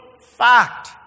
fact